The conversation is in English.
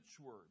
word